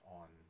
on